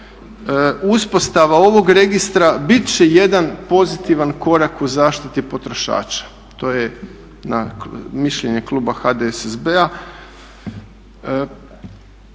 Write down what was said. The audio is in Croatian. uspostava ovog registra bit će jedan pozitivan korak u zaštiti potrošača. To je mišljenje kluba HDSSB-a.